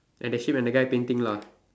and the sheep and the guy painting lah